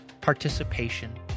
participation